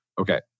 okay